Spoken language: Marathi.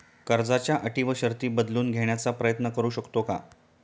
कर्जाच्या अटी व शर्ती बदलून घेण्याचा प्रयत्न करू शकतो का?